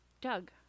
doug